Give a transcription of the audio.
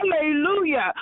Hallelujah